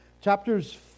Chapters